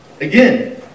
Again